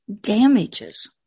damages